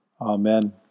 Amen